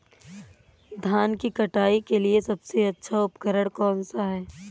धान की कटाई के लिए सबसे अच्छा उपकरण कौन सा है?